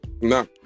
No